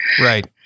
Right